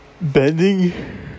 bending